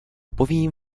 povím